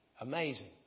Amazing